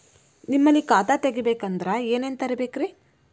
ನಿಮ್ಮಲ್ಲಿ ಖಾತಾ ತೆಗಿಬೇಕಂದ್ರ ಏನೇನ ತರಬೇಕ್ರಿ?